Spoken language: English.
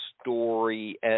story